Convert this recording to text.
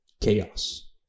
chaos